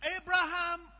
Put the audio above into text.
Abraham